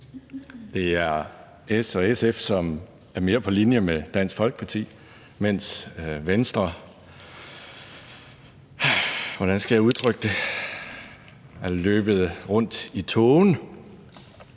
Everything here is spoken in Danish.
Det er S og SF, som er mere på linje med Dansk Folkeparti, mens Venstre – hvordan skal jeg udtrykke det – har løbet rundt i tågen.